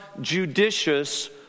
judicious